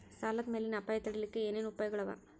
ಸಾಲದ್ ಮ್ಯಾಲಿನ್ ಅಪಾಯ ತಡಿಲಿಕ್ಕೆ ಏನ್ ಉಪಾಯ್ಗಳವ?